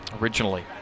originally